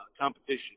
competition